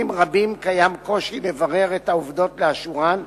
רבים קיים קושי לברר את העובדות לאשורן,